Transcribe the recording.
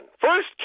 First